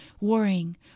worrying